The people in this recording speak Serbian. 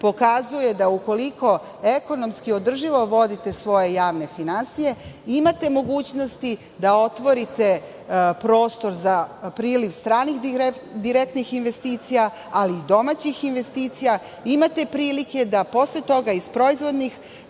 pokazuje da ukoliko ekonomski održivo vodite svoje javne finansije imate mogućnost da otvorite prostor za priliv stranih direktnih investicija, ali i domaćih investicija. Imate prilike da posle toga iz proizvodnih